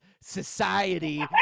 society